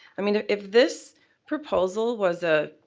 i mean, if this proposal was a